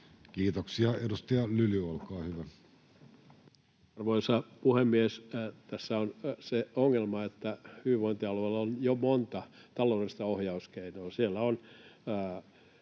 muuttamisesta Time: 15:32 Content: Arvoisa puhemies! Tässä on se ongelma, että hyvinvointialueilla on jo monta taloudellista ohjauskeinoa. Ja siellä on